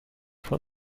for